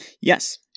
Yes